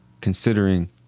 considering